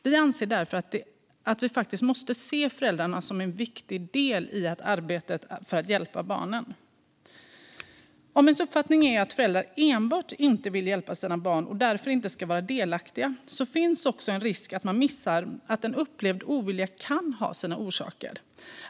Vi anser därför att vi faktiskt måste se föräldrarna som en viktig del i arbetet för att hjälpa barnen. Om ens uppfattning är att föräldrar enbart inte vill hjälpa sina barn och därför inte ska vara delaktiga finns det också en risk att man missar att en upplevd ovilja kan ha sina orsaker.